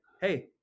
hey